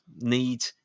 need